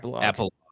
apple